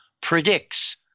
predicts